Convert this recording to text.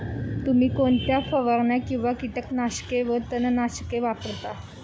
तुम्ही कोणत्या फवारण्या किंवा कीटकनाशके वा तणनाशके वापरता?